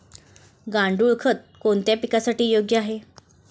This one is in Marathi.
गांडूळ खत कोणत्या पिकासाठी योग्य आहे?